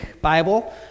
Bible